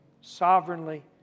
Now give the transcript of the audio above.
sovereignly